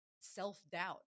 self-doubt